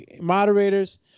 moderators